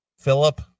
Philip